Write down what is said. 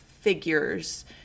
figures